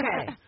Okay